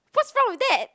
what's wrong with that